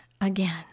again